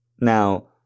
Now